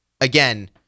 Again